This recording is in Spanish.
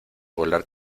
volar